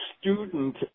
student